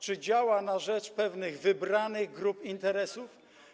Czy działa na rzecz pewnych wybranych grup interesów.